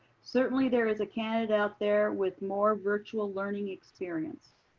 certainly there is a candidate out there with more virtual learning experience.